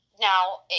now